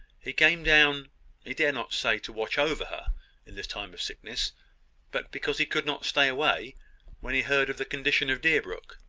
he came down he dared not say to watch over her in this time of sickness but because he could not stay away when he heard of the condition of deerbrook.